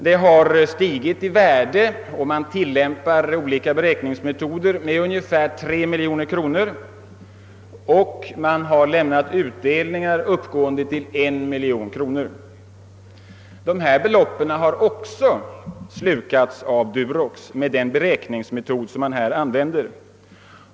Det har stigit i värde med ungefär 3 miljoner kronor — om man tillämpar samma beräkningsmetoder — och utdelningarna har uppgått till 1 miljon. Med den beräkningsmetod som här använts har dessa belopp också slukats av Durox.